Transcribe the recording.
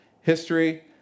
History